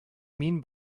mean